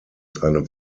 seinem